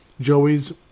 Joey's